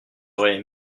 auraient